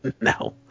No